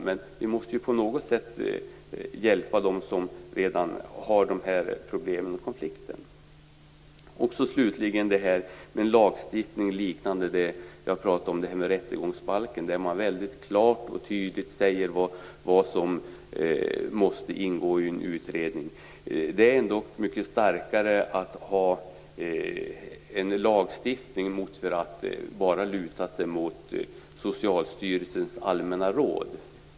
Men vi måste ju på något sätt hjälpa dem som redan nu har dessa problem och konflikter. Slutligen detta med en lagstiftning liknande rättegångsbalken, där man klart och tydligt anger vad som måste ingå i en utredning. Det är ändå mycket starkare att ha en lagstiftning än att bara luta sig mot Socialstyrelsens allmänna råd.